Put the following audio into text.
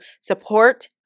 support